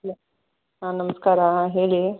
hello ಹಾಂ ನಮಸ್ಕಾರ ಹೇಳಿ